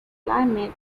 climate